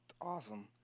Awesome